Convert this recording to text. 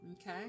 Okay